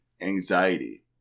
anxiety